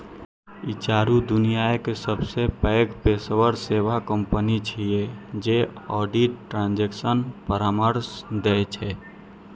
ई चारू दुनियाक सबसं पैघ पेशेवर सेवा कंपनी छियै जे ऑडिट, ट्रांजेक्शन परामर्श दै छै